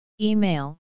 Email